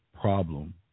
problem